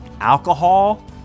alcohol